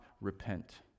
repent